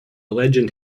legend